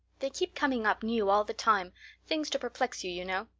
they keep coming up new all the time things to perplex you, you know.